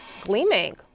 gleaming